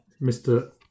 Mr